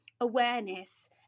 awareness